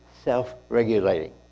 Self-regulating